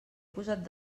posat